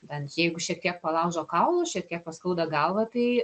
bent jeigu šiek tiek palaužo kaulus šiek tiek paskauda galvą tai